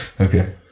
okay